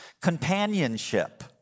companionship